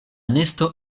nesto